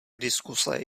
diskuse